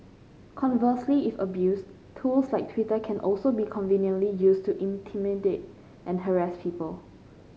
conversely if abused tools like Twitter can also be conveniently used to intimidate and harass people